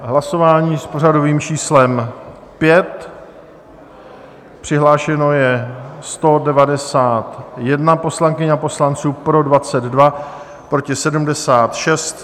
Hlasování s pořadovým číslem 5, přihlášeno je 191 poslankyň a poslanců, pro 22, proti 76.